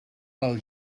pel